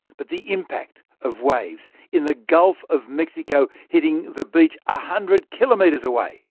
but the impact of waves in the gulf of mexico hitting the beach, a hundred kilometres away.